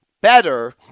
better